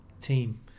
team